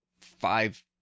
five